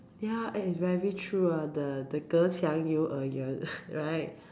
ya eh it's very true ah the 隔窗有耳 right